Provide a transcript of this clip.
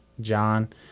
John